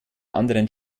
anderen